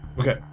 Okay